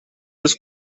des